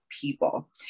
people